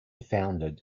founded